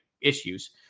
issues